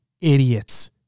Idiots